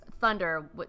Thunder